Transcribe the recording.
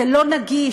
זה לא נגיש,